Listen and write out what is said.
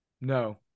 No